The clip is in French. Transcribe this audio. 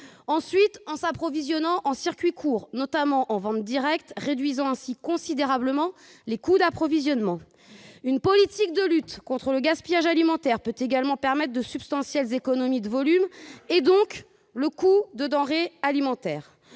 Ensuite, on peut s'approvisionner en circuit court, notamment en vente directe, ce qui réduit considérablement les coûts d'approvisionnement. Une politique de lutte contre le gaspillage alimentaire peut également permettre de substantielles économies de volume, et partant une réduction des achats de denrées alimentaires.